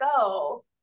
go